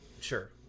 sure